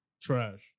trash